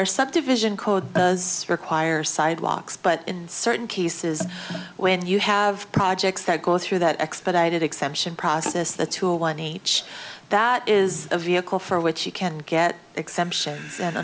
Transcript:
our subdivision code does require sidewalks but in certain cases when you have projects that go through that expedited exemption process that to one each that is a vehicle for which you can get exemption